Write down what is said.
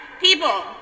People